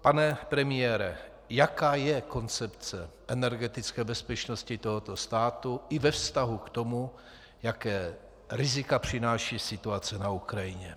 Pane premiére, jaká je koncepce energetické bezpečnosti tohoto státu i ve vztahu k tomu, jaká rizika přináší situace na Ukrajině?